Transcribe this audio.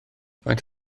faint